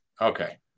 Okay